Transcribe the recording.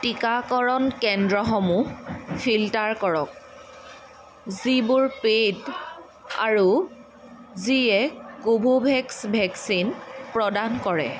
টিকাকৰণ কেন্দ্ৰসমূহ ফিল্টাৰ কৰক যিবোৰ পেইড আৰু যিয়ে কোভোভেক্স ভেকচিন প্ৰদান কৰে